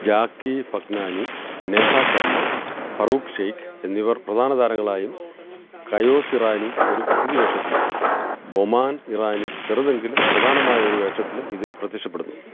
ജാക്കി ഫഗ്നാനി നേഹ ശർമ്മ ഫറൂഖ് ഷെയ്ഖ് എന്നിവർ പ്രധാന താരങ്ങളായും കയോസ് ഇറാനി ഒരു അതിഥിവേഷത്തിലും ബൊമാൻ ഇറാനി ചെറുതെങ്കിലും പ്രധാനമായ ഒരു വേഷത്തിലും ഇതിൽ പ്രത്യക്ഷപ്പെടുന്നു